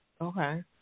Okay